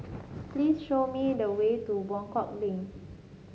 please show me the way to Buangkok Link